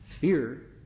Fear